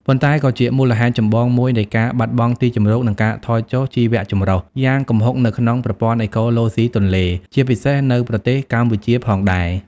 ប៉ុន្តែក៏ជាមូលហេតុចម្បងមួយនៃការ បាត់បង់ទីជម្រក និងការថយចុះ ជីវៈចម្រុះ យ៉ាងគំហុកនៅក្នុងប្រព័ន្ធអេកូឡូស៊ីទន្លេ ជាពិសេសនៅប្រទេសកម្ពុជាផងដែរ។